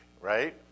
right